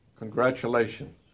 Congratulations